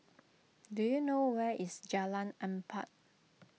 do you know where is Jalan Empat